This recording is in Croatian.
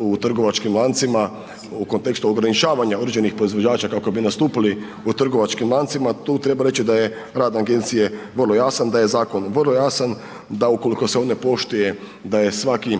u trgovačkim lancima, u kontekstu ograničavanja određenih proizvođača kako bi nastupili u trgovačkim lancima, tu treba reći da je rad agencije vrlo jasan, da je zakon vrlo jasan, da ukoliko se on ne poštuje da je svaki